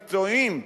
מקצועיים,